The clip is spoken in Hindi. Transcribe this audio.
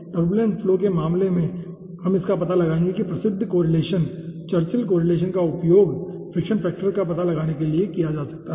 टुर्बुलेंट फ्लो के मामले में हम इसका पता लगाएंगे कि प्रसिद्ध कोरिलेसन चर्चिल कोरिलेसन का उपयोग फ्रिक्शन फैक्टर का पता लगाने के लिए किया जा सकता है